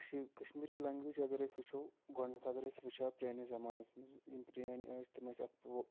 Kashmiri language اَگر أسۍ وٕچھو گوڈٕنٮ۪تھ اَگر أسۍ وٕچھو پرٲنِس زَمانَس منٛز یم پرٲنۍ ٲسۍ تِم ٲسۍ اکھ